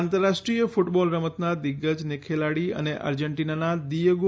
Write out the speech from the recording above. આંતરરાષ્ટ્રીય ફ્રટબોલ રતમના દિગ્ગજ ખેલાડી અને અર્જેન્ટીનાના દિએગો